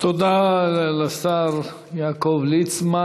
תודה לשר יעקב ליצמן.